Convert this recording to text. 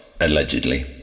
allegedly